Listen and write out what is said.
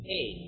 Hey